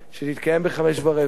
שתתקיים ב-17:15,